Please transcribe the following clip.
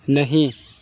نہیں